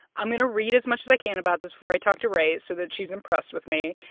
i'm going to read as much as i can about this before i talk to rae so that she's impressed with me,